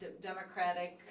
Democratic